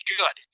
good